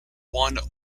one